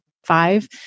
Five